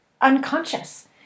unconscious